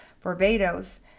Barbados